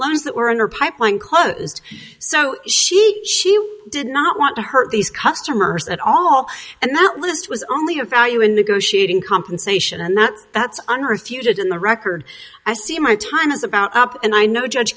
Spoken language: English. loans that were in her pipeline closed so she she did not want to hurt these customers at all and that list was only a value in negotiating compensation and that that's unrefuted in the record i see my time is about up and i know judge